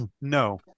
No